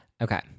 Okay